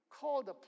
called